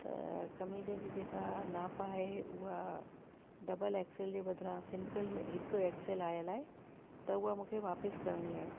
त कमीज़ जी जेका नाप आहे उहा डबल एक्सेल जे बदिरा सिंपल हिकु एक्सेल आयल आहे त उहा मूंखे वापसि करणी आहे